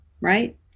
right